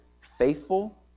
faithful